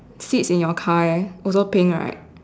seats in your car also pink right